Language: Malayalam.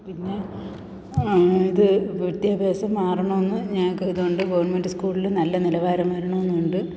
പിന്നെ ഇതു വിദ്യാഭ്യാസം മാറണമെന്നു ഞങ്ങൾക്കിതുണ്ട് ഗവൺമെൻറ്റ് സ്കൂളിൽ നല്ല നിലവാരം വരണമെന്നുണ്ട്